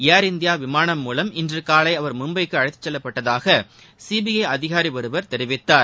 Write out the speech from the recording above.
ஏர் India விமானம் மூலம் இன்றுகாலை அவர் மும்பைக்கு அழைத்து செல்லப்பட்டதாக சிபிஐ அதிகாரி ஒருவர் தெரிவித்தார்